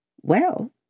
Well